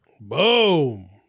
boom